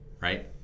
Right